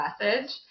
message